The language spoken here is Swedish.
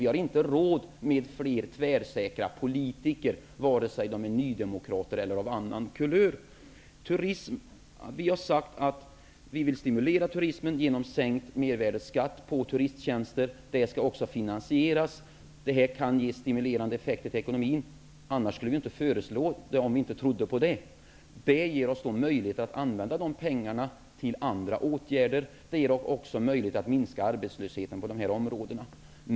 Vi har inte råd med fler tvärsäkra politiker, vare sig de är nydemokrater eller av annan kulör. Vi har sagt att vi vill stimulera turismen genom sänkt mervärdesskatt på turisttjänster. Det skall också finansieras. Det kan ge stimulerande effekter på ekonomin. Om vi inte trodde på det, skulle vi inte föreslå det. Detta ger oss möjligheter att använda de pengarna till andra åtgärder. Det ger också möjlighet att minska arbetslösheten på de här områdena.